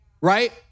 Right